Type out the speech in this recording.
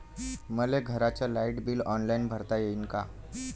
मले घरचं light bill online भरता येईन का?